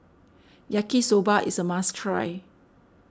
Yaki Soba is a must try